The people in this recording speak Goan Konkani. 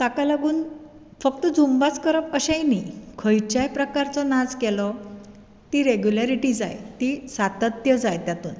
ताका लागून फक्त झुम्बाच करप अशेंय न्ही खंयच्याय प्रकारचो नाच केलो ती रेग्युलेरीटी जाय ती सातत्य जाय तातूंत